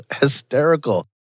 hysterical